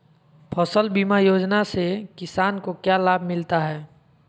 फसल बीमा योजना से किसान को क्या लाभ मिलता है?